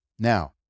Now